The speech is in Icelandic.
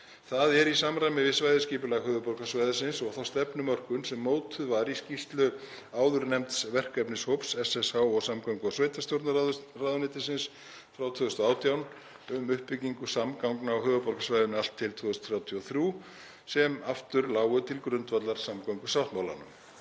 Það er í samræmi við svæðisskipulag höfuðborgarsvæðisins og þá stefnumörkun sem mótuð var í skýrslu áðurnefnds verkefnishóps SSH og samgöngu- og sveitarstjórnarráðuneytisins frá 2018, um uppbyggingu samgangna á höfuðborgarsvæðinu allt til 2033, sem aftur lá til grundvallar samgöngusáttmálanum.